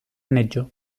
neĝo